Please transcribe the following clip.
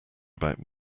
about